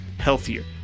healthier